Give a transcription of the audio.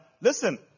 listen